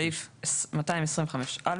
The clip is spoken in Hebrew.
בסעיף 225א,